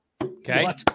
okay